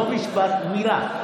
לא משפט, מילה.